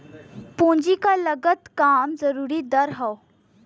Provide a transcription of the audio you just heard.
पूंजी क लागत कम जरूरी दर हौ